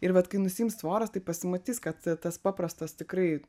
ir vat kai nusiims tvoros tai pasimatys kad tas paprastas tikrai